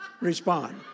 respond